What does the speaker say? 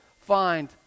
find